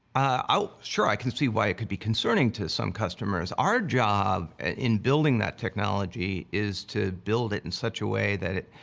oh, sure, i can see why it could be concerning to some customers. our job in building that technology is to build it in such a way that it,